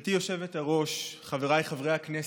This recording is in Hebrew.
גברתי היושבת-ראש, חבריי חברי הכנסת,